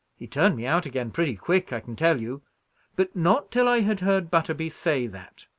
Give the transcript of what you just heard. he turned me out again pretty quick, i can tell you but not till i had heard butterby say that.